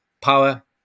power